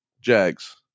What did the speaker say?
jags